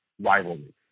rivalry